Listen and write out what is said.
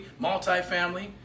multifamily